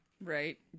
Right